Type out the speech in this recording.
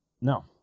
no